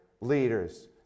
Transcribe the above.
leaders